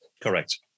Correct